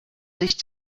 sich